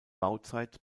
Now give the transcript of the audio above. bauzeit